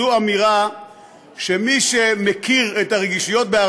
זו אמירה שמי שמכיר את הרגישויות בהר